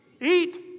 Eat